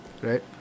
right